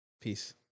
Peace